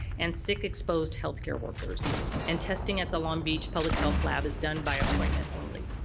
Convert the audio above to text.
and sick exposed healthcare workers and testing at the long beach public health lab is done by appointment only.